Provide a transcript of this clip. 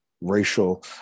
racial